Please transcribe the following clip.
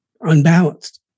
unbalanced